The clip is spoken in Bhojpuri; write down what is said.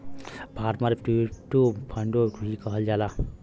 फार्मर ट्रिब्यूट फ़ंडो भी कहल जाला